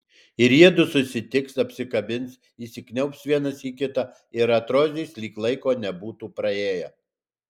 ir jiedu susitiks apsikabins įsikniaubs vienas į kitą ir atrodys lyg laiko nebūtų praėję